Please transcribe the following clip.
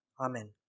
Amen